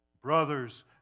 Brothers